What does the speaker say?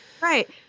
Right